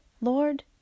Lord